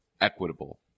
equitable